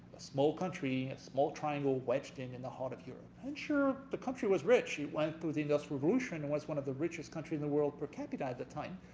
a small country a small triangle wedged in in the heart of europe. and sure the country was rich, it went to the industry revolution, was one of the richest countries in the world per capita at the time,